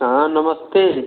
हाँ नमस्ते जी